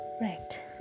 Right